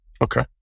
Okay